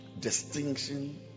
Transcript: distinction